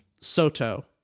Soto